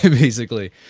ah basically,